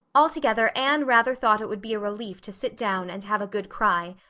altogether, anne rather thought it would be a relief to sit down and have a good cry.